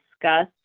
discuss